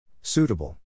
Suitable